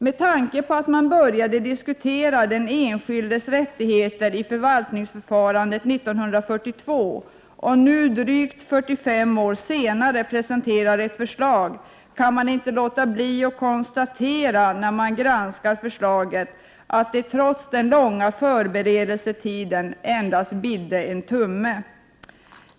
Med tanke på att man började diskutera den enskildes rättigheter i förvaltningsförfarandet 1942 och nu, drygt 45 år senare, presenterar ett förslag, kan jag inte låta bli att konstatera när jag granskar förslaget att det trots den långa förberedelsetiden endast ”bidde en tumme”.